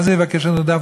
מה זה "יבקש את נרדף"?